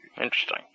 Interesting